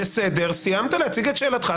סיימת להציג את שאלתך,